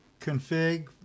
.config